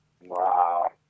Wow